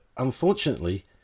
unfortunately